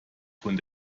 von